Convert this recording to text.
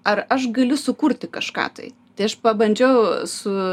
ar aš galiu sukurti kažką tai tai aš pabandžiau su